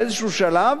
באיזה שלב,